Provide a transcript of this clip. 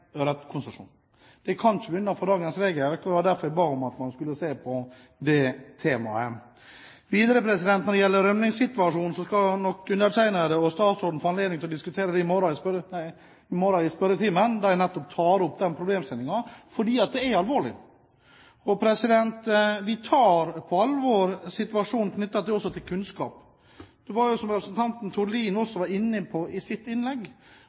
Det kan man ikke innenfor dagens regelverk. Det var derfor jeg ba om at man skulle se på det temaet. Videre: Når det gjelder rømningssituasjonen, skal nok undertegnede og statsråden få anledning til å diskutere det i morgen i spørretimen, der jeg tar opp nettopp den problemstillingen. For det er alvorlig. Vi tar på alvor situasjonen knyttet også til kunnskap, og det som representanten Tord Lien også var inne på i sitt innlegg.